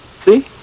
See